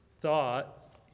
thought